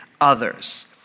others